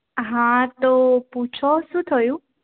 હા તો પૂછો શું થયું